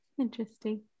interesting